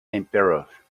emperor